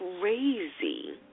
crazy